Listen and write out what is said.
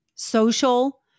social